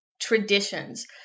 traditions